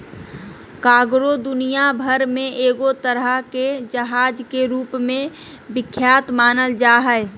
cargo दुनिया भर मे एगो तरह के जहाज के रूप मे विख्यात मानल जा हय